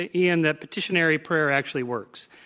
ian, that petitionary prayer actually works.